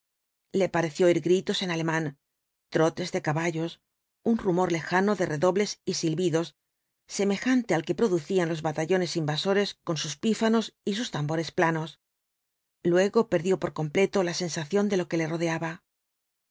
le pareció oír gritos en alemán trotes de caballos un rumor lejano de redobles y silbidos semejante al que producían los batallones invasores con sus v bljisoo ibáñbz pífanos y sus tambores planos luego perdió por completo la sensación de lo que le rodeaba